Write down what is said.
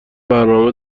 برنامه